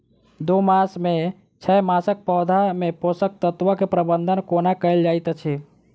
दू मास सँ छै मासक पौधा मे पोसक तत्त्व केँ प्रबंधन कोना कएल जाइत अछि?